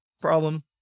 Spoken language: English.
problem